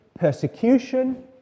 persecution